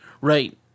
Right